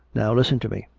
now listen to me.